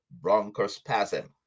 bronchospasm